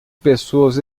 pessoas